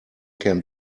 can